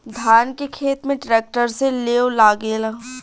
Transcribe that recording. धान के खेत में ट्रैक्टर से लेव लागेला